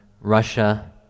Russia